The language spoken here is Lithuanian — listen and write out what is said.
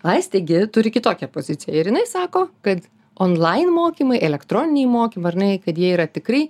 aistė gi turi kitokią poziciją ir jinai sako kad online mokymai elektroniniai mokynai ar nai kad jie yra tikrai